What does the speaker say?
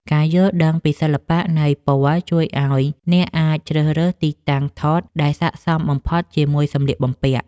ការយល់ដឹងពីសិល្បៈនៃពណ៌ជួយឱ្យអ្នកអាចជ្រើសរើសទីតាំងថតដែលសក្តិសមបំផុតជាមួយសម្លៀកបំពាក់។